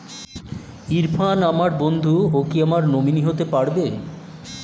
ইরফান আমার বন্ধু ও কি আমার নমিনি হতে পারবে?